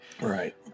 Right